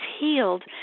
healed